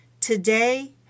Today